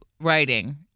writing